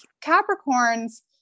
Capricorn's